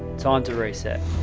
to and to reset.